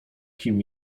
kim